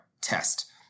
test